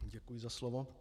Děkuji za slovo.